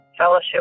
Fellowship